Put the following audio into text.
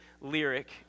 lyric